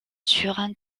sur